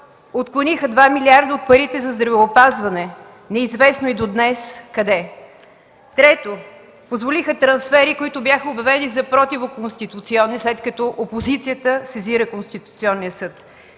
Отклониха 2 милиарда от парите за здравеопазване, неизвестно и до днес къде. 3. Позволиха трансфери, които бяха обявени за противоконституционни, след като опозицията сезира Конституционния съд.